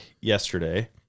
yesterday